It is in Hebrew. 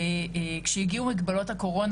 וכשהגיעו מגבלות הקורונה